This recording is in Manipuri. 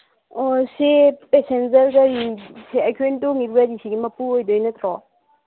ꯑꯣ ꯁꯤ ꯄꯦꯁꯦꯟꯖꯔꯗꯒꯤꯅꯤ ꯁꯤ ꯑꯩꯈꯣꯏꯅ ꯇꯣꯡꯏꯕ ꯒꯥꯔꯤꯁꯤꯒꯤ ꯃꯄꯨ ꯑꯣꯏꯗꯣꯏ ꯅꯠꯇ꯭ꯔꯣ